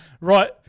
Right